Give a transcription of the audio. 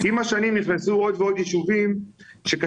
עם השנים נכנסו עוד ועוד יישובים שקשה